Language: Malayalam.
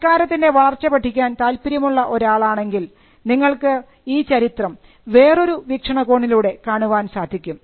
സംസ്കാരത്തിൻറെ വളർച്ച പഠിക്കാൻ താല്പര്യമുള്ള ഒരാളാണെങ്കിൽ നിങ്ങൾക്ക് ഈ ചരിത്രം വേറൊരു വീക്ഷണകോണിലൂടെ കാണുവാൻ സാധിക്കും